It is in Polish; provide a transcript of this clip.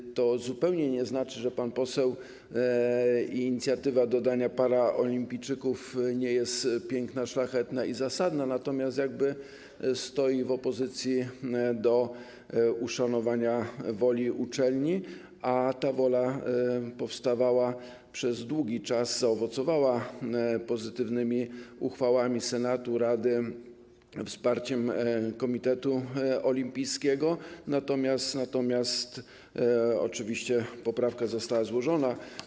I to zupełnie nie znaczy, że inicjatywa dodania paraolimpijczyków nie jest piękna, szlachetna i zasadna, natomiast stoi w opozycji do uszanowania woli uczelni, a ta wola powstawała przez długi czas, zaowocowała pozytywnymi uchwałami Senatu, rady, wsparciem komitetu olimpijskiego, natomiast oczywiście poprawka została złożona.